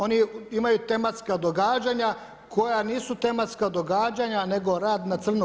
Oni imaju tematska događanja koja nisu tematska događanja nego rad na crno.